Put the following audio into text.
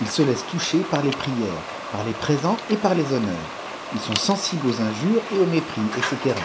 ib se laissaott toucher par les prières par les présents et par les honneurs ils sont sensibles aux injures t au mépris etc